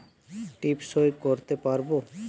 টিপ সই করতে পারবো?